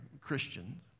Christians